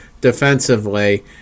defensively